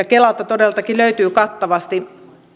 kelalta todellakin löytyy kattavasti